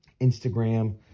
Instagram